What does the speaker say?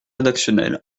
rédactionnelle